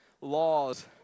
laws